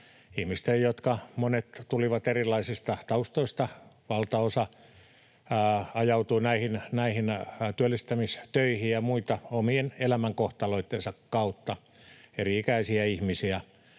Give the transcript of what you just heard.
ihmisten, joista monet tulivat erilaisista taustoista. Valtaosa ajautui näihin työllistämistöihin ja muihin omien elämänkohtaloittensa kautta — eri-ikäisiä ihmisiä,